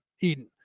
Eden